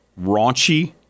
Raunchy